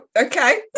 Okay